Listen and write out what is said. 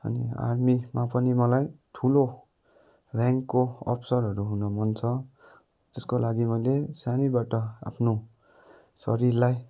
अनि आर्मीमा पनि मलाई ठुलो ऱ्याङ्कको अफिसरहरू हुन मन छ जसको लागि मैलै सानैबाट आफ्नो शरीरलाई